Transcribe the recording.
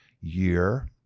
year